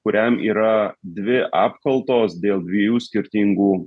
kuriam yra dvi apkaltos dėl dviejų skirtingų